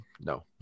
No